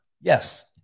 Yes